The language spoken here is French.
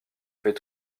fait